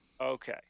Okay